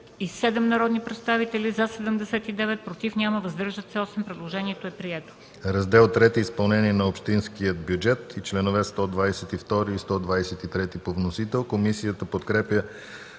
78 народни представители: за 74, против няма, въздържали се 4. Предложението е прието.